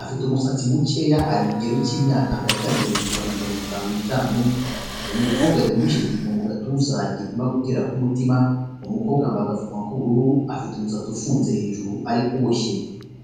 afite umusatsi mukeya ari mu kigero cy'imyaka hagati ya mirongo itanu na mirongo itanu n'itanu; umukobwa ari kumushyira igipimo mu gatuza gipima gutera k'umutima; umukobwa yambaye agapfumwa k'ubururu afite umusatsi ufunze hejuru ariko kuboshye.